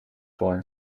voor